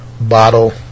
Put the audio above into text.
bottle